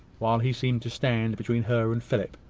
while he seemed to stand between her and philip.